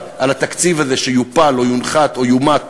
לתקציב הזה שיופל או יונחת או יומט